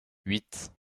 huit